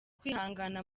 kwihangana